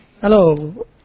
Hello